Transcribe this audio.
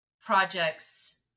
projects